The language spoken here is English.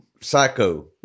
psycho